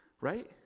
Right